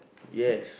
yes